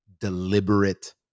deliberate